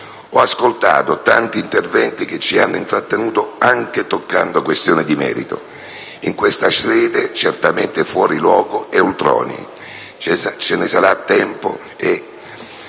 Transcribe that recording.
Ho ascoltato tanti interventi che ci hanno intrattenuto anche toccando questioni di merito, in questa sede certamente fuori luogo e ultronei: ci sarà tempo e